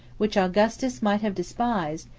which augustus might have despised,